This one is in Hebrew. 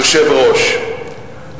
היושב-ראש,